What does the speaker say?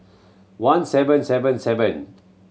one seven seven seven